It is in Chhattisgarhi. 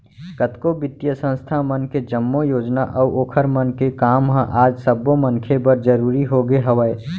कतको बित्तीय संस्था मन के जम्मो योजना अऊ ओखर मन के काम ह आज सब्बो मनखे बर जरुरी होगे हवय